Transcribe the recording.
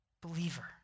believer